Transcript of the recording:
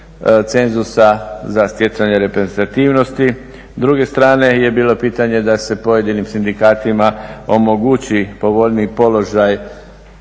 cenzusa za stjecanje reprezentativnosti. S druge strane je bilo pitanje da se pojedinim sindikatima omogući povoljniji položaj